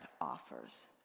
offers